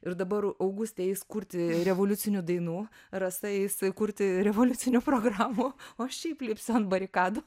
ir dabar augustė eis kurti revoliucinių dainų rasa eis kurti revoliucinių programų o aš šiaip lipsiu ant barikadų